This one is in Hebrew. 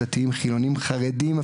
חרדים,